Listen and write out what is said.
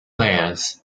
players